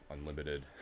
unlimited